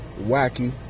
Wacky